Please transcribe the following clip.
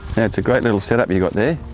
it's a great little set up you've got there.